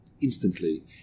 instantly